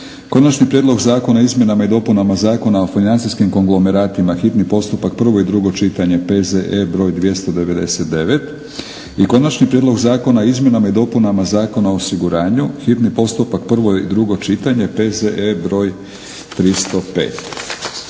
Konačni prijedlog zakona o izmjenama i dopunama Zakona o financijskim konglomeratima, hitni postupak, prvo i drugo čitanje, P.Z.E. br. 299; - Konačni prijedlog zakona o izmjenama i dopunama Zakona o osiguranju, hitni postupak, prvo i drugo čitanje, P.Z.E. br. 305.